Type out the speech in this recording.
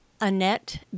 Annette